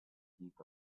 heap